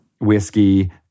Whiskey